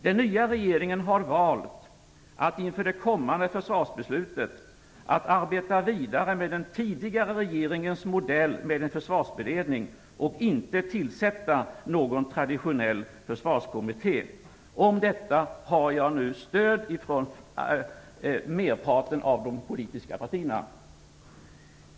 Den nya regeringen har valt att inför det kommande försvarsbeslutet arbeta vidare med den tidigare regeringens modell med en försvarsberedning och inte tillsätta någon traditionell försvarskommitté. För detta har jag stöd från merparten av de politiska partierna.